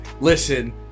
Listen